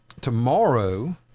Tomorrow